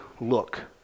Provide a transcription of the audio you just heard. look